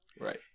Right